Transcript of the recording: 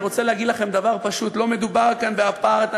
אני רוצה להגיד לכם דבר פשוט: לא מדובר כאן באפרטהייד.